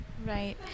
Right